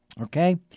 Okay